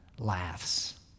laughs